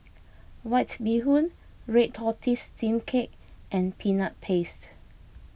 White Bee Hoon Red Tortoise Steamed Cake and Peanut Paste